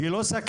היא לא סכנה.